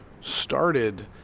started